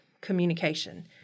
communication